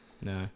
No